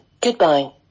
goodbye